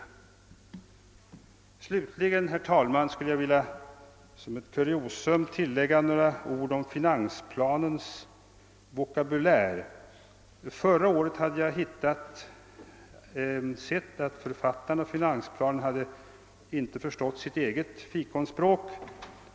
Slutligen, herr talman, skulle jag vilja som ett kuriosum tillägga några ord om finansplanens vokabulär. Förra året kunde jag konstatera att författarna till den preliminära nationalbudgeten inte förstått sitt eget fikonspråk.